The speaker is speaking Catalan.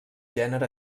gènere